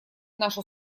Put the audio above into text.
нашу